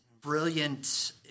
brilliant